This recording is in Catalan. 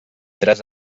tres